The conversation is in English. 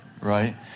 right